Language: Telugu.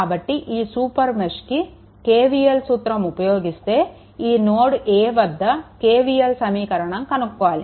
కాబట్టి ఈ సూపర్ మెష్కి KVL సూత్రం ఉపయోగిస్తే ఈ నోడ్ a వద్ద KVL సమీకరణం కనుక్కోవాలి